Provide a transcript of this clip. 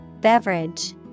Beverage